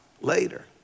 Later